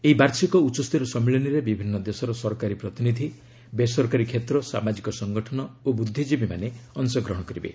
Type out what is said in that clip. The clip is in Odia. ଏହି ବାର୍ଷିକ ଉଚ୍ଚସ୍ତରୀୟ ସମ୍ମିଳନୀରେ ବିଭିନ୍ନ ଦେଶର ସରକାରୀ ପ୍ରତିନିଧି ବେସରକାରୀ କ୍ଷେତ୍ର ସାମାଜିକ ସଂଗଠନ ଓ ବୁଦ୍ଧିଜୀବୀମାନେ ଅଂଶଗ୍ରହଣ କରିବେ